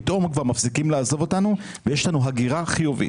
פתאום מפסיקים לעזוב אותנו ויש אלינו הגירה חיובית.